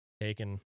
taken